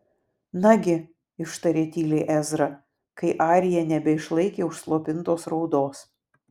nagi ištarė tyliai ezra kai arija nebeišlaikė užslopintos raudos